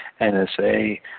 NSA